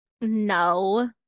no